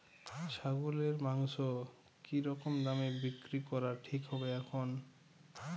ছাগলের মাংস কী রকম দামে বিক্রি করা ঠিক হবে এখন?